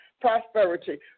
prosperity